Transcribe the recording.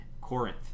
Corinth